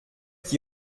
qui